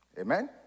amen